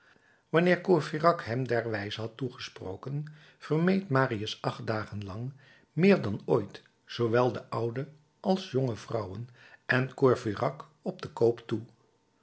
wanneer courfeyrac hem derwijze had toegesproken vermeed marius acht dagen lang meer dan ooit zoowel de oude als jonge vrouwen en courfeyrac op den koop toe